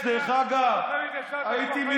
בן אדם שהייתי מתבייש.